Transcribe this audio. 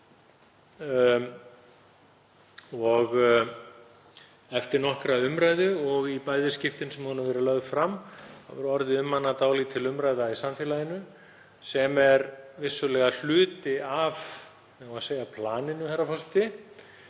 og eftir nokkra umræðu. Í bæði skiptin sem hún hefur verið lögð fram hefur orðið um hana dálítil umræða í samfélaginu sem er vissulega hluti af planinu, skulum